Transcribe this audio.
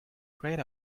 grayed